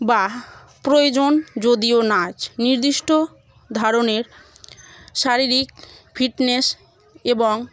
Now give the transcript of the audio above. বা প্রয়োজন যদিও নাচ নির্দিষ্ট ধরনের শারীরিক ফিটনেস এবং